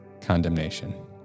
condemnation